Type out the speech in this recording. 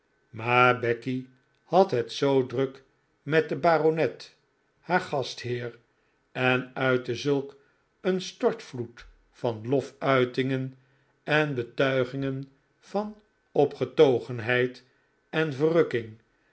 maar becky had het zoo druk met den baronet haar gastheer en uitte zulk een stortvloed van loftuitingen en betuigingen van opgetogenheid en verrukking